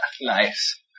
Nice